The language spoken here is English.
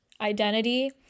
identity